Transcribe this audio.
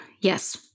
Yes